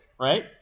Right